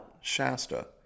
Shasta